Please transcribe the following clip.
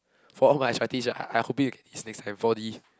for all my arthritis right I I hoping you get this next time four D